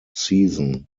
season